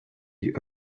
die